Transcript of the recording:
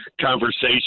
conversation